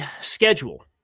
schedule